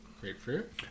Grapefruit